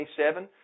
27